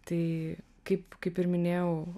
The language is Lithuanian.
tai kaip kaip ir minėjau